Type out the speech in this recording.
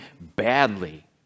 badly